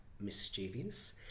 mischievous